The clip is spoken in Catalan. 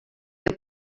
que